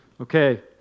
Okay